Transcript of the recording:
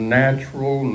natural